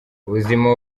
ubuzima